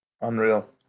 Unreal